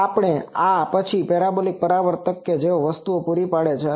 તો આ અને પછી પેરાબોલિક પરાવર્તક તેઓ તે વસ્તુને પાડે છે